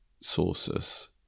sources